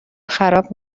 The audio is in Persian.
خراب